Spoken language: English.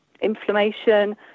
inflammation